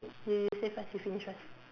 you say first you finish first